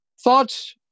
Thoughts